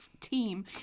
team